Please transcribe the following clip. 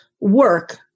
work